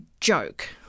joke